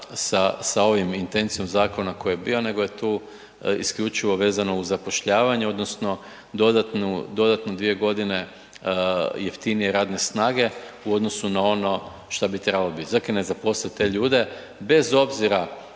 sa ovom intencijom zakona koji je bio nego je tu isključivo vezano uz zapošljavanje odnosno dodatnu dvije godine jeftinije radne snage u odnosu na ono što bi trebalo biti. Zakaj ne zaposliti te ljude bez obzira